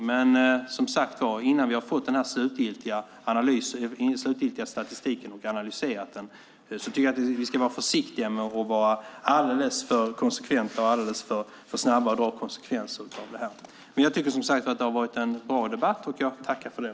Men innan vi har fått den slutgiltiga statistiken och analyserat den tycker jag att vi ska vara försiktiga med att vara för snabba med att dra konsekvenser av detta. Det har varit en bra debatt, och jag tackar för den.